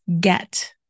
get